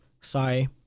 Sorry